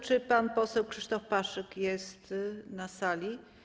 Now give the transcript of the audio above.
Czy pan poseł Krzysztof Paszyk jest na sali?